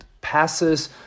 passes